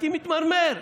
הייתי מתמרמר.